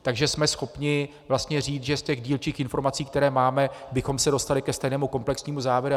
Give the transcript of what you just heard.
Takže jsme schopni vlastně říct, že z těch dílčích informací, které máme, bychom se dostali ke stejnému komplexnímu závěru.